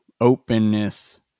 openness